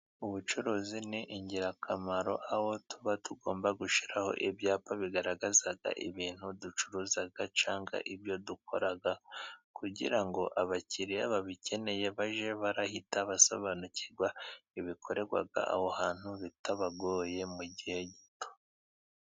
Ubucuruzi ni ingirakamaro aho tuba tugomba gushyiraho ibyapa bigaragaza ibintu ducuruza cyangwa ibyo dukora kugira ngo abakiriya babikeneye bajye bahita basobanukirwa ibikorerwa aho hantu bitabagoye mu gihe gito.